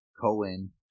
Cohen